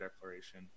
declaration